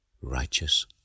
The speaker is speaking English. righteous